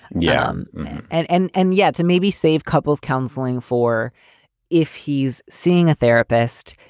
yeah and and and yet to maybe save couples counseling for if he's seeing a therapist,